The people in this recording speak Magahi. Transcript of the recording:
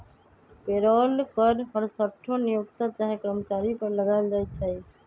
पेरोल कर हरसठ्ठो नियोक्ता चाहे कर्मचारी पर लगायल जाइ छइ